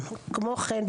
כמו כן,